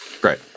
Great